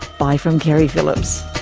bye from keri phillips